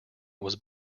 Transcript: was